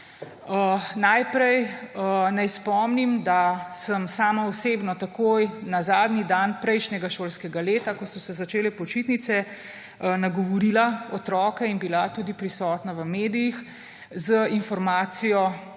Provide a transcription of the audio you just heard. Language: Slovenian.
Najprej naj spomnim, da sem sama osebno takoj na zadnji dan prejšnjega šolskega leta, ko so se začele počitnice, nagovorila otroke in bila tudi prisotna v medijih z informacijo,